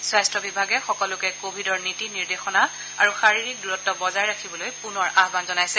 স্বাস্থ্য বিভাগে সকলোকে কভিডৰ নীতি নিৰ্দেশনা আৰু শাৰীৰিক দূৰত্ব বজাই ৰাখিবলৈ পুনৰ আহ্বান জনাইছে